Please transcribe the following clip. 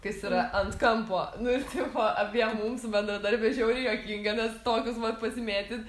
kas yra ant kampo nu ir tipo abiem mum su bendradarbe žiauriai juokinga nes tokius va pasimėtyt